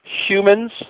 humans